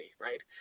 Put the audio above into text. right